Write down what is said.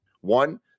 one